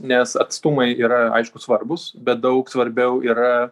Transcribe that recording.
nes atstumai yra aišku svarbūs bet daug svarbiau yra